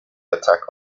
attack